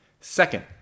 Second